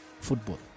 football